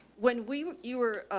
when we, you were,